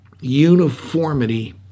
Uniformity